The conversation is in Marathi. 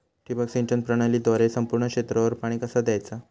ठिबक सिंचन प्रणालीद्वारे संपूर्ण क्षेत्रावर पाणी कसा दयाचा?